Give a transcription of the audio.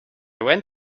went